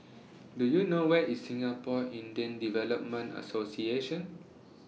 Do YOU know Where IS Singapore Indian Development Association